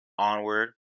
onward